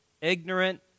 ignorant